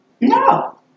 No